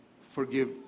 forgive